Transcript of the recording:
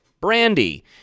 Brandy